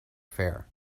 fare